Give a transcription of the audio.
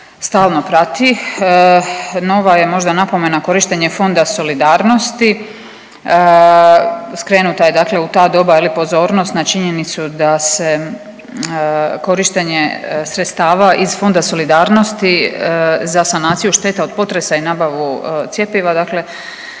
stalno prati. Nova je možda napomena korištenje Fonda solidarnosti. Skrenuta je, dakle u ta doba pozornost na činjenicu da se korištenje sredstava iz Fonda solidarnosti za sanaciju štete od potresa i nabavu cjepiva,